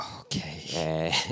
Okay